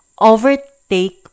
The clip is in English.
overtake